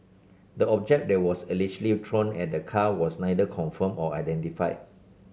the object that was allegedly thrown at the car was neither confirmed or identified